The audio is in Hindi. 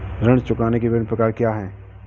ऋण चुकाने के विभिन्न प्रकार क्या हैं?